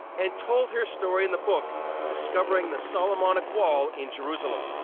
and told her story in the book discovering the solomonic wall in jerusalem.